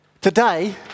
today